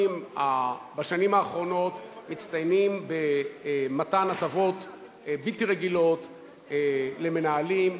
מצטיינים במתן הטבות בלתי רגילות למנהלים,